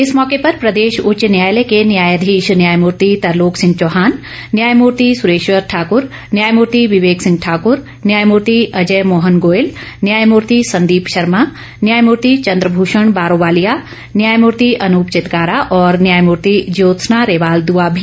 इस मौके पर प्रदेश उच्च न्यायालय के न्यायाधीश न्यायमूर्ति तरलोक सिंह चौहान न्यायमूर्ति सुरेश्वर ठाकर न्यायमूर्ति विवेक सिंह ठाकूर न्यायमूर्ति अजय मोहन गोयल न्यायमूर्ति संदीप शर्मा न्यायमूर्ति चंद्रभूषण बारोवालिया न्यायमूर्ति अनुप चितकारा और न्यायमूर्ति ज्योत्सना रेवाल दुआ भी उपस्थित थीं